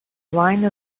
line